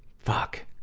fuck!